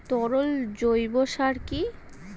তরল জৈব সার কি?